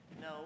no